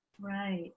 Right